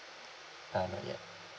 uh not yet